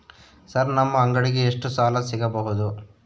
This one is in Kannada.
ಸರ್ ನಮ್ಮ ಅಂಗಡಿಗೆ ಎಷ್ಟು ಸಾಲ ಸಿಗಬಹುದು?